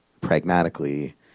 pragmatically